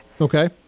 Okay